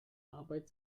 arbeit